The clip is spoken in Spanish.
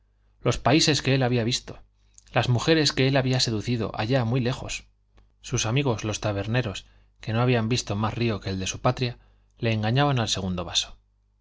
los países que él había visto las mujeres que él había seducido allá muy lejos sus amigos los taberneros que no habían visto más río que el de su patria le engañaban al segundo vaso